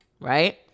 Right